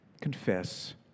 confess